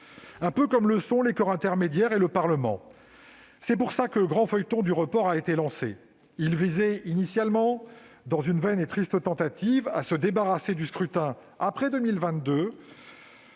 un peu comme le sont les corps intermédiaires et le Parlement ... C'est pour cela que le grand feuilleton du report a été lancé : il visait initialement, dans une vaine et triste tentative, à se débarrasser du scrutin, en